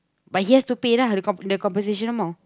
but he has to pay lah the com~ the compensation more